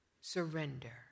surrender